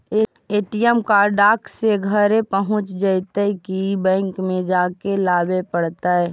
ATM card डाक से घरे पहुँच जईतै कि बैंक में जाके लाबे पड़तै?